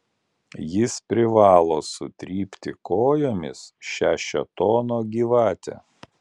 jis privalo sutrypti kojomis šią šėtono gyvatę